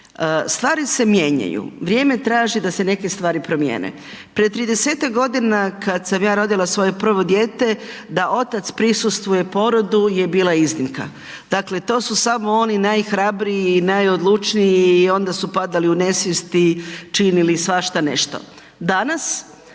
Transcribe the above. Stvari se mijenjaju, vrijeme traži da se neke stvari promijene. Prije 30-tak godina kad sam ja rodila svoje prvo dijete da otac prisustvuje porodu je bila iznimka. Dakle, to su samo oni najhrabriji i najodlučniji i onda su padali u nesvijest i činili svašta nešto. Danas,